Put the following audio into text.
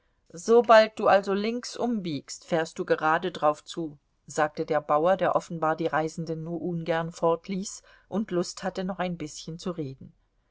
sobald du also links umbiegst fährst du gerade drauf zu sagte der bauer der offenbar die reisenden nur ungern fortließ und lust hatte noch ein bißchen zu reden